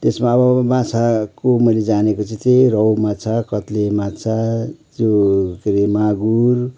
त्यसमा अब माछाको मैले जानेको चाहिँ त्यही हो रहु माछा कत्ले माछा त्यो के अरे मागुर